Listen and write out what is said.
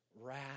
wrath